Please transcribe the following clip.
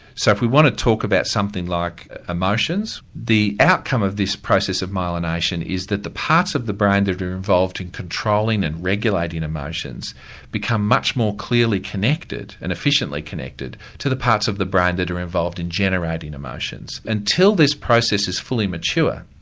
so if we want to talk about something like emotions, the outcome of this process of myelination is that the parts of the brain that are involved in controlling and regulating emotions become much more clearly connected connected and efficiently connected to the parts of the brain that are involved in generating emotions. until this process is fully mature,